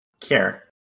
care